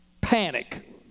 panic